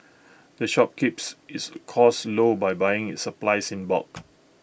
the shop keeps its costs low by buying its supplies in bulk